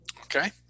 Okay